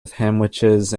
sandwiches